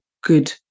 good